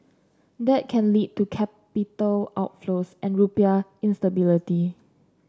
that can lead to capital outflows and rupiah instability